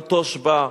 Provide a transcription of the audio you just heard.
גם תושב"ע.